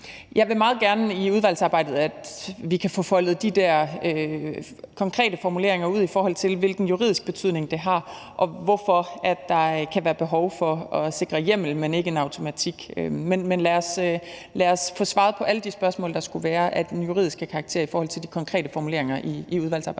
Jeg vil meget gerne, at vi i udvalgsarbejdet kan få foldet de der konkrete formuleringer ud, i forhold til hvilken juridisk betydning det har, og hvorfor der kan være behov for at sikre hjemmel, men ikke en automatik. Men lad os få svaret på alle de spørgsmål, der skulle være af juridisk karakter i forhold til de konkrete formuleringer, i udvalgsarbejdet.